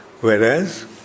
whereas